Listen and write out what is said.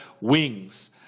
wings